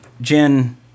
Jen